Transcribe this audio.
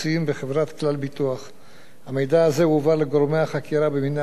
המידע הזה הועבר לגורמי החקירה במינהל ההסדרה והאכיפה במשרד התמ"ת